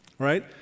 right